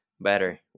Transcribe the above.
better